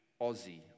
Aussie